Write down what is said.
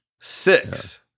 six